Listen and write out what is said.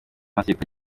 amategeko